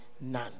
none